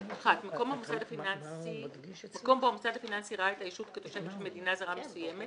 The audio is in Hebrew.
מקום בו המוסד הפיננסי ראה את הישות כתושבת של מדינה זרה מסוימת,